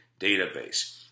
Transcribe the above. database